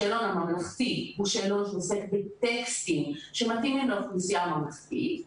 השאלון הממלכתי הוא שאלון שעוסק בטקסטים שמתאימים לאוכלוסייה הממלכתית,